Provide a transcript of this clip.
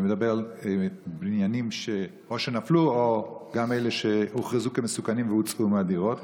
אני מדבר על בניינים שנפלו וגם אלה שהוכרזו כמסוכנים והם הוצאו מהדירות,